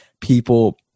people